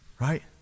right